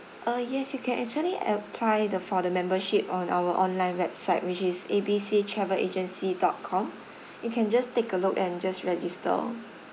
uh yes you can actually apply the for the membership on our online website which is A B C travel agency dot com you can just take a look and just register